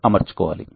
అమర్చుకోవాలి